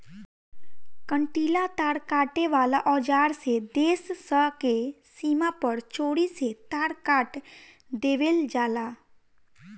कंटीला तार काटे वाला औज़ार से देश स के सीमा पर चोरी से तार काट देवेल जाला